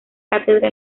cátedra